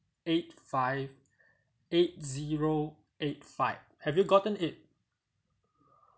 eight five eight zero eight five have you gotten it